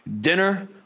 dinner